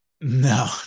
No